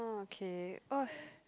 okay oh